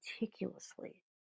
meticulously